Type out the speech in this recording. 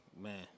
Man